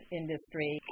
industry